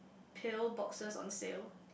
pill boxes on sale